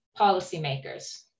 policymakers